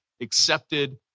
accepted